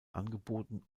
angeboten